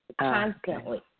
constantly